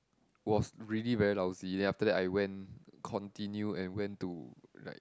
was really very lousy then after that I went continue and went to like